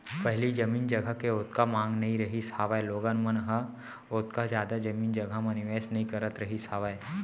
पहिली जमीन जघा के ओतका मांग नइ रहिस हावय लोगन मन ह ओतका जादा जमीन जघा म निवेस नइ करत रहिस हावय